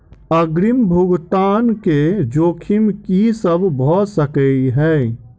अग्रिम भुगतान केँ जोखिम की सब भऽ सकै हय?